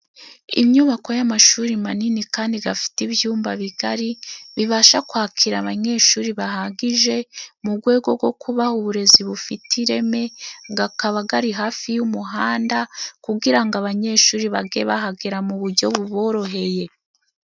Inyubako y'amashuri manini kandi gafite ibyumba bigari bibasha kwakira abanyeshuri bahagije, mu rwego rwo kubaha uburezi bufite ireme, gakaba gari hafi y'umuhanda kugira ngo abanyeshuri bage bahagera mu buryo buboroheye.